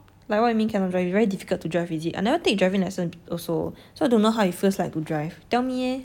like what you mean cannot drive it's very difficult to drive is it I never take driving lesson b~ also so I don't know how it feels like to drive tell me eh